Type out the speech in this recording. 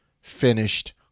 finished